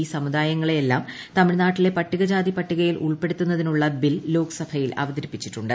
ഈ സമുദായങ്ങളെയെല്ലാം തമിഴ്നാട്ടിലെ പട്ടികജാതി പട്ടികയിൽ ഉൾപ്പെടുത്തുന്നതിനുളള ബിൽ ലോകസഭയിൽ അവതരിപ്പിച്ചിട്ടുണ്ട്